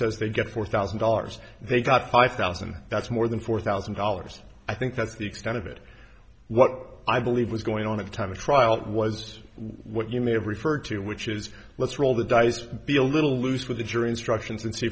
says they get four thousand dollars they got five thousand that's more than four thousand dollars i think that's the extent of it what i believe was going on at the time of trial was what you may have referred to which is let's roll the dice be a little loose with the jury instructions and see